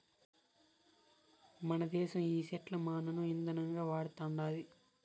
మనదేశం ఈ సెట్ల నూనను ఇందనంగా వాడతండాది